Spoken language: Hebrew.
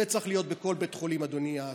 זה צריך להיות בכל בית חולים, אדוני השר.